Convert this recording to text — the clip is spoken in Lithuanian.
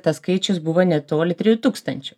tas skaičius buvo netoli trijų tūkstančių